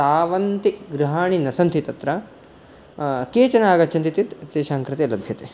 तावन्ति गृहाणि न सन्ति तत्र केचन आगच्छन्ति तेषां कृते लभ्यते